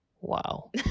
Wow